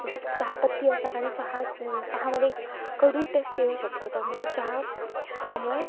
जी चहापत्ती असल्या कारणाने चहा चहामध्ये एक कडू टेस्ट येऊ शकते त्यामुळे चहा त्यामुळे